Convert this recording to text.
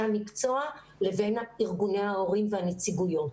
המקצוע לבין ארגוני ההורים והנציגויות.